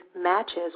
matches